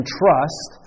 trust